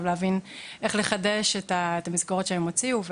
להבין איך לחדש את המסגרות שהן הוציאו,